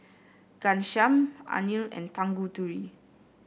Ghanshyam Anil and Tanguturi